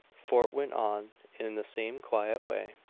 fort went on in the same quiet way.